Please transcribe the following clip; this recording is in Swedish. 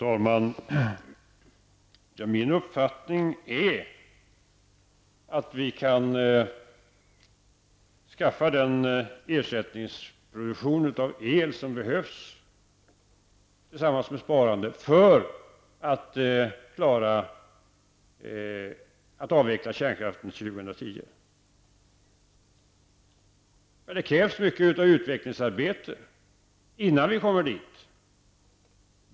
Fru talman! Min uppfattning är att vi kan skaffa den ersättningsproduktion av el som tillsammans med sparande behövs för att klara av att avveckla kärnkraften till år 2010. Det krävs mycket utvecklingsarbete innan vi kommer dit.